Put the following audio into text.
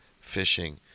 fishing